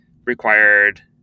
required